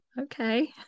okay